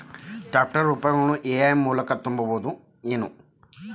Tractor ಉಪಕರಣಗಳನ್ನು EMI ಮೂಲಕ ತುಂಬಬಹುದ ಏನ್?